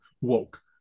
Woke